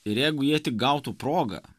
ir jeigu jie tik gautų progą